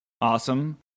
awesome